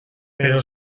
però